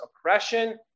oppression